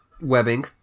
webbing